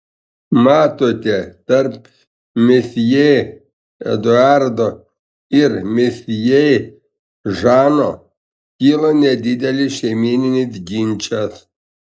matote tarp mesjė eduardo ir mesjė žano kilo nedidelis šeimyninis ginčas